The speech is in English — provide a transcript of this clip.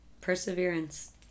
Perseverance